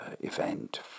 event